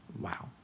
Wow